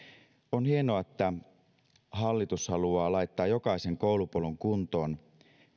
on hienoa että hallitus haluaa laittaa jokaisen koulupolun kuntoon